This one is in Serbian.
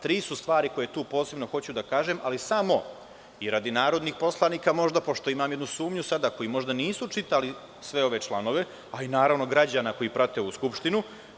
Tri su stvari koje tu posebno hoću da kažem, ali samo radi narodnih poslanika možda, pošto imam sumnju jednu sada, koji možda nisu čitali sve ove članove, a i građana koji prate ovu Skupštinu.